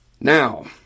Now